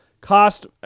cost